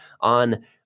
on